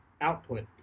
output